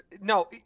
No